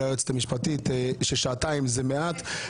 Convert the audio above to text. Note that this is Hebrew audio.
של היועצת המשפטית ששעתיים זה מעט זמן,